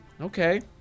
okay